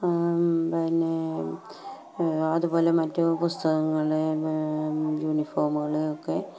പിന്നെ അതുപോലെ മറ്റു പുസ്തകങ്ങള് യൂണിഫോമുകളൊക്കെ